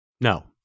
No